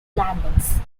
landings